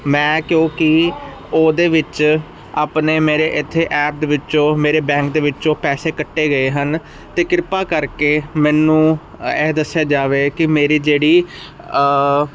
ਮੈਂ ਕਿਉਂਕਿ ਉਹਦੇ ਵਿੱਚ ਆਪਣੇ ਮੇਰੇ ਇੱਥੇ ਐਪ ਵਿੱਚੋਂ ਮੇਰੇ ਬੈਂਕ ਦੇ ਵਿੱਚੋਂ ਪੈਸੇ ਕੱਟੇ ਗਏ ਹਨ ਅਤੇ ਕਿਰਪਾ ਕਰਕੇ ਮੈਨੂੰ ਇਹ ਦੱਸਿਆ ਜਾਵੇ ਕਿ ਮੇਰੀ ਜਿਹੜੀ